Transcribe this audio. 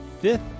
fifth